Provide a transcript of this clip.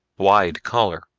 wide collar,